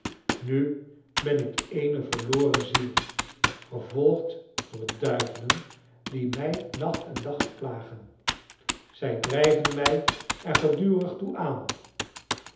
nu ben ik eene verloren ziel vervolgd door duivelen die mij nacht en dag plagen zij drijven mij er gedurig toe aan